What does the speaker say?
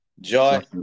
Joy